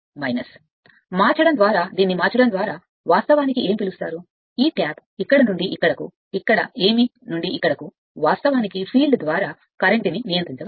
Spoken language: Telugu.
మరియు మార్చడం ద్వారా దీన్ని మార్చడం ద్వారా వాస్తవానికి ఏమి పిలుస్తారు ఈ ట్యాప్ ఇక్కడ నుండి ఇక్కడకు ఇక్కడ ఏమి నుండి ఇక్కడకు వాస్తవానికి ఫీల్డ్ ద్వారా ప్రస్తుతాన్ని నియంత్రించవచ్చు